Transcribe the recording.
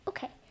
Okay